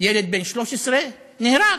ילד בן 13, נהרג,